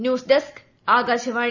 news desk Akashvani